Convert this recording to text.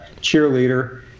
cheerleader